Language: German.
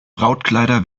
brautkleider